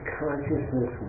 consciousness